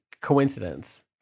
Coincidence